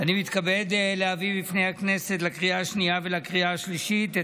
אני מתכבד להביא בפני הכנסת לקריאה השנייה ולקריאה השלישית את